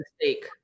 mistake